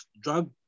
Drug